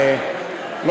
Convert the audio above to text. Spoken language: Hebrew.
השתכנעה.